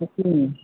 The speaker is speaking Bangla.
বুঝতে পারলি